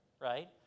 right